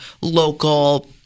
local